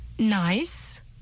Nice